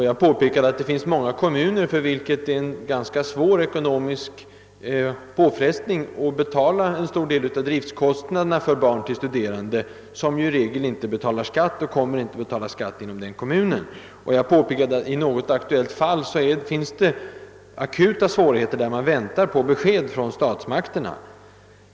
Jag påpekade att det för många kommuner är en svår ekonomisk påfrestning att betala en stor del av driftkostnaderna för tillsyn av barn till studerande, eftersom dessa studerande i regel inte erlägger skatt och inte heller kommer att göra det i kommunen. Jag påpekade också att det i ett aktuellt fall fanns akuta svårigheter och att man väntade på besked från statsmakterna.